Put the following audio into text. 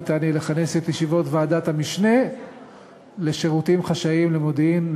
ניתן יהיה לכנס את ישיבות ועדת המשנה לשירותים חשאיים למודיעין,